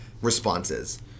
responses